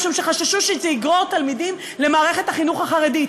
משום שחששו שזה יגרור תלמידים למערכת החינוך החרדית.